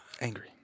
Angry